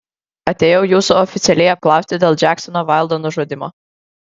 atėjau jūsų oficialiai apklausti dėl džeksono vaildo nužudymo